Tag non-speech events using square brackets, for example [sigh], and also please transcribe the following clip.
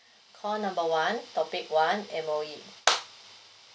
call number one topic one M_O_E [noise]